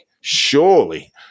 surely